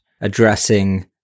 addressing